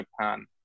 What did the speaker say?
Japan